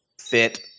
Fit